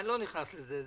אני לא נכנס לזה,